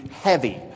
heavy